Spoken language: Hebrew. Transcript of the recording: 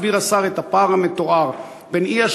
אני מבקש לדעת כיצד מסביר השר את הפער המתואר בין האי-שוויון